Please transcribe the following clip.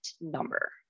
number